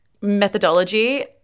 methodology